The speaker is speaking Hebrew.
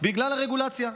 בגלל הרגולציה.